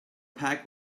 pack